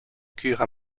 cure